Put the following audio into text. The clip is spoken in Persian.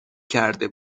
کرده